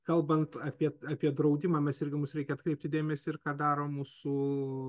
kalbant apie apie draudimą mes irgi mums reikia atkreipti dėmesį ir ką daro mūsų